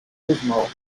gizmo